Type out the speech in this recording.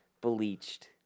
bleached